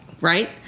Right